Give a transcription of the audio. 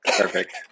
Perfect